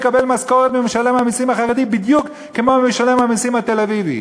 מקבל משכורת ממשלם המסים החרדי בדיוק כמו ממשלם המסים התל-אביבי.